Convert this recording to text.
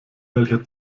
welcher